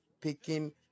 picking